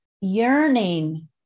yearning